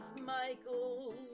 Michael